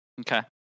Okay